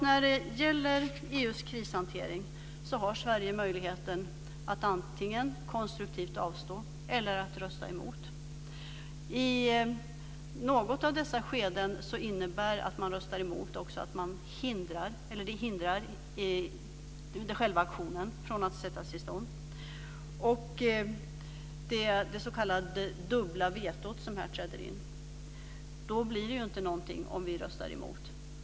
När det gäller EU:s krishantering har Sverige möjlighet att antingen konstruktivt avstå eller rösta emot. I något av dessa skeden innebär att man röstar emot också att själva aktionen hindras från att sättas i stånd. Det är det s.k. dubbla vetot som här träder in. Det blir ju ingenting om vi röstar emot.